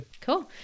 cool